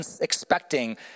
expecting